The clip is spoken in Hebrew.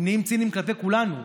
הם נהיים ציניים כלפי כולנו.